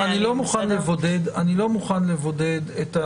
אני לא מוכן לבודד את